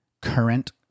current